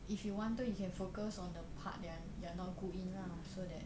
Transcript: if you wanted you can focus on the part that you are not good in lah so that